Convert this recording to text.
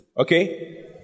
Okay